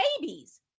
babies